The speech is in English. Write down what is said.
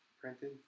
printed